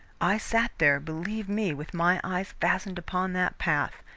i sat there, believe me, with my eyes fastened upon that path,